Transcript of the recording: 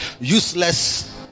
useless